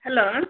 hello